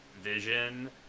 vision